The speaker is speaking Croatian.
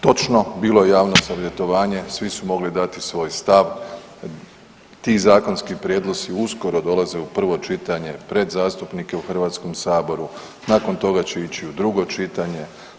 Točno, bilo je javno savjetovanje svi su mogli dati svoj stav, ti zakonski prijedlozi uskoro dolaze u prvo čitanje pred zastupnike u HS, nakon toga će ići u drugo čitanje.